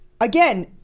Again